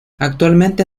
actualmente